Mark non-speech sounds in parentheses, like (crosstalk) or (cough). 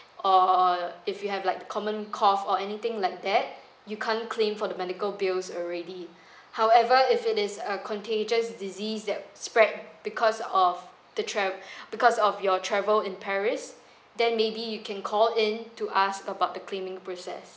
or if you have like common cough or anything like that you can't claim for the medical bills already (breath) however if it is a contagious disease that spread because of the tra~ (breath) because of your travel in paris then maybe you can call in to ask about the claiming process